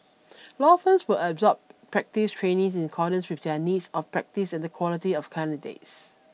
law firms will absorb practice trainees in accordance with their needs of their practice and the quality of the candidates